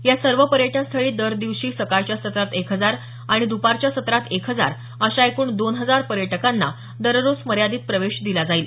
या सर्व पर्यटनस्थळी दर दिवशी सकाळच्या सत्रात एक हजार आणि दुपारच्या सत्रात एका हजार अशा एकूण दोन हजार पर्यटकांना दररोज मर्यादित प्रवेश दिला जाईल